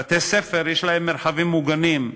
בבתי-ספר יש להם מרחבים מוגנים,